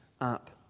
up